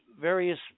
various